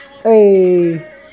hey